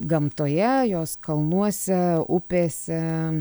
gamtoje jos kalnuose upėse